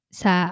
sa